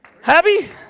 Happy